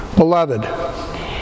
Beloved